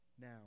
now